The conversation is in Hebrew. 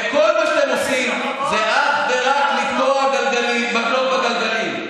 וכל מה שאתם עושים זה רק ורק לתקוע מקלות בגלגלים.